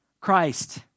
Christ